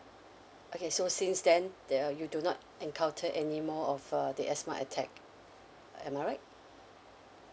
okay so since then that uh you do not encounter anymore of uh the asthma attack am I right